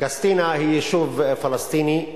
קסטינה היא יישוב פלסטיני,